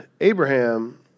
Abraham